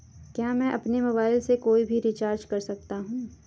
क्या मैं अपने मोबाइल से कोई भी रिचार्ज कर सकता हूँ?